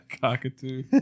Cockatoo